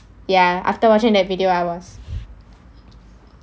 ya after watching that video I was